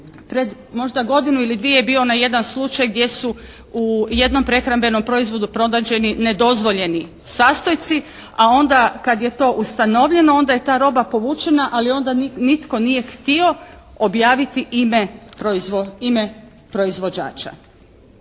možda godinu ili dvije je bio onaj jedan slučaj gdje su u jednom prehrambenom proizvodu pronađeni nedozvoljeni sastojci a onda kad je to ustanovljeno onda je ta roba povučena ali onda nitko nije htio objaviti ime proizvođača.